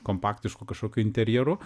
kompaktišku kažkokiu interjeru